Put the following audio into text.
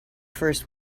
first